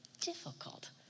difficult